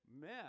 Man